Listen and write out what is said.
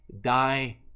die